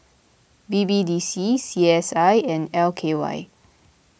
B B D C C S I and L K Y